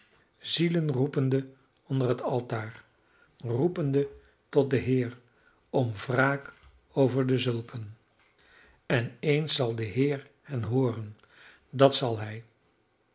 las zielen roepende onder het altaar roepende tot den heer om wraak over dezulken en eens zal de heer hen hooren dat zal hij